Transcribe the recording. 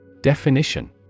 Definition